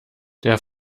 der